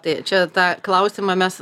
tai čia tą klausimą mes